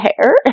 hair